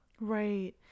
right